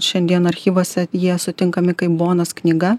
šiandien archyvuose jie sutinkami kaip bonos knyga